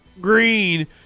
Green